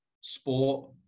sport